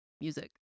music